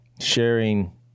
sharing